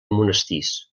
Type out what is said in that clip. monestirs